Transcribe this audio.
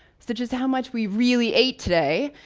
such as how much we really ate today,